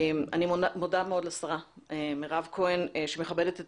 אני מודה מאוד לשרה מירב כהן שמכבדת את